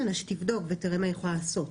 ממנה שתבדוק ותראה מה היא יכולה לעשות.